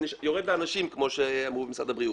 כמו שאמר משרד הבריאות,